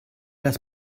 das